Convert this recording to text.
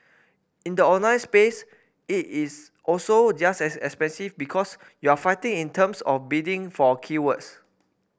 in the online space it is also just as expensive because you're fighting in terms of bidding for keywords